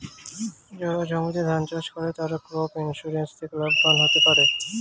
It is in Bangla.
যারা জমিতে ধান চাষ করে তারা ক্রপ ইন্সুরেন্স থেকে লাভবান হতে পারে